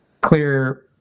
clear